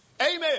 Amen